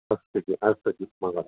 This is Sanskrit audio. अस्तु जि अस्तु जि मगा